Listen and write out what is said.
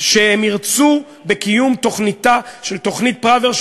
ירצו בקיום תוכנית פראוור,